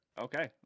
Okay